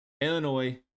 Illinois